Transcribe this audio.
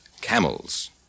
Camels